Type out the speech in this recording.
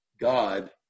god